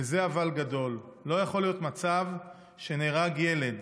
וזה אבל גדול, לא יכול להיות מצב שנהרג ילד,